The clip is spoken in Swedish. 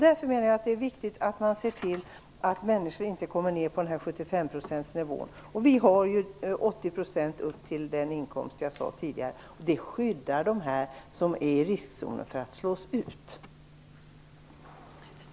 Därför menar jag att det är viktigt att se till att människor inte kommer ner på en nivå på 75 %. Vi har föreslagit att nivån skall vara 80 % upp till den inkomst jag nämnde tidigare. Det skyddar dem som är i riskzonen från att slås ut.